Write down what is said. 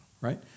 right